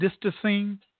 distancing